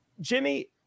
Jimmy